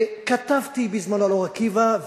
כתבתי בזמנו על אור-עקיבא,